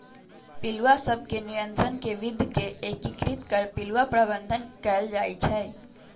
पिलुआ सभ के नियंत्रण के विद्ध के एकीकृत कर पिलुआ प्रबंधन कएल जाइ छइ